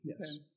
yes